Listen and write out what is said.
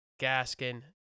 Gaskin